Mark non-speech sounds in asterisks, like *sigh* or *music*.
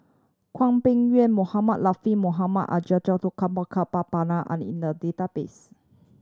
Hwang Peng Yuan Mohamed Latiff Mohamed *unintelligible* are in the database